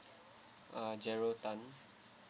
uh gerald tan